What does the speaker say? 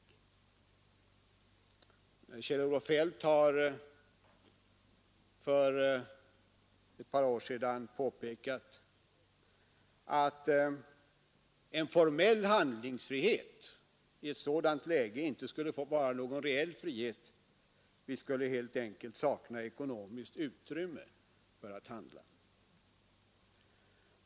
Kjell-Olof Feldt påpekade för ett par år sedan att en formell handlingsfrihet i ett sådant läge inte skulle motsvaras av någon reell frihet vi skulle helt enkelt sakna ekonomiskt utrymme för att handla.